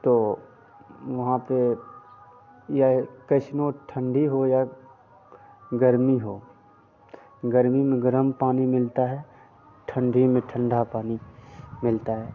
तो वहाँ पर यह कैसनों ठंडी हो या गर्मी हो गर्मी में गर्म पानी मिलता है ठंडी में ठंडा पानी मिलता है